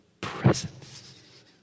presence